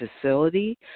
facility